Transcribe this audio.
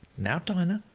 now, dinah,